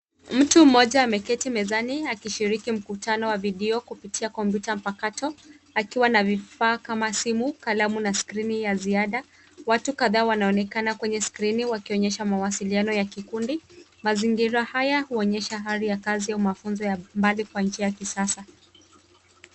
Mtu mmoja ameketi mezani akishiriki mkutano wa video kupitia kompyuta mpakato akiwa na vifaa kama simu, kalamu na skrini ya ziada. Watu kadhaa wanaonekana kwenye skrini wakionyesha mawasiliano ya kikundi. Mazingira haya huonyesha hali ya kazi ya mafunzo ya mbali kwa njia ya kisasa.